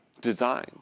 design